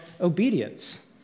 obedience